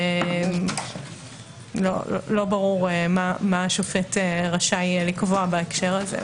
לא ברור מה השופט רשאי לקבוע בהקשר הזה.